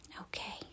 Okay